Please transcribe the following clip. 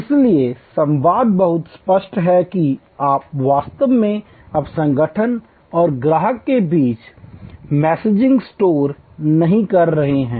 इसलिए संवाद बहुत स्पष्ट है कि आप वास्तव में अब संगठन और ग्राहक के बीच मैसेजिंग स्टोर नहीं कर रहे हैं